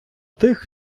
тих